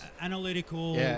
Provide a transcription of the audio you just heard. analytical